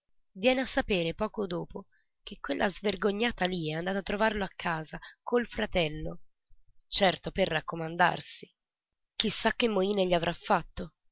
viene a sapere poco dopo che quella svergognata lì è andata a trovarlo a casa col fratello certo per raccomandarsi chi sa che moine gli avrà fatto